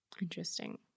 Interesting